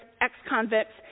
ex-convicts